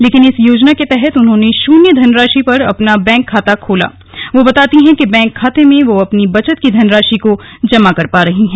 लेकिन इस योजना के तहत उन्होंने शून्य धनराशि पर अपना बैंक खाता खोला वे बताती हैं कि बैंक खाते में वे अपनी बचत की धनराशि को जमा कर पा रही हैं